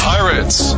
Pirates